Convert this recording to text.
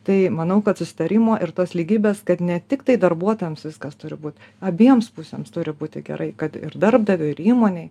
tai manau kad susitarimo ir tos lygybės kad ne tiktai darbuotojams viskas turi būt abiems pusėms turi būti gerai kad ir darbdavio ir įmonėj